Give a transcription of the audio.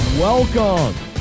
Welcome